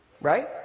Right